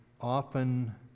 often